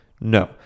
No